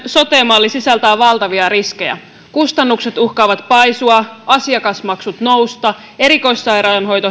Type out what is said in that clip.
sote malli sisältää valtavia riskejä kustannukset uhkaavat paisua asiakasmaksut nousta erikoissairaanhoito